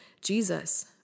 Jesus